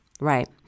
Right